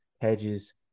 hedges